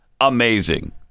amazing